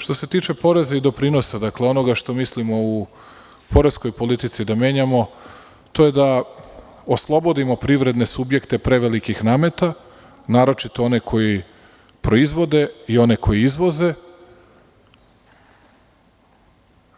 Što se tiče poreza i doprinosa, dakle onoga što mislimo u poreskoj politici da menjamo, to je da oslobodimo privredne subjekte prevelikih nameta, naročito one koji proizvode, i oni koji izvoze,